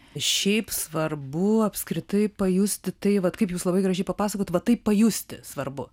šiaip svarbu apskritai pajusti tai vat kaip jūs labai gražiai papasakojot va taip pajusti svarbu